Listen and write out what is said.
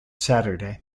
saturday